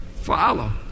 follow